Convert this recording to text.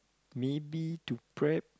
maybe to prep